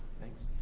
thanks.